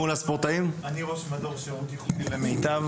אני ראש מדור שירות ייחודי במיטב